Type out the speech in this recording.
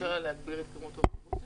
אפשר היה להגדיל את כמות האוטובוסים?